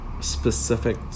Specific